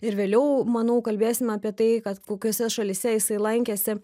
ir vėliau manau kalbėsim apie tai kad kokiose šalyse jisai lankėsi